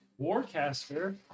Warcaster